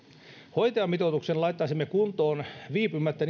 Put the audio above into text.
hoitajamitoituksen laittaisimme kuntoon viipymättä